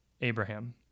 Abraham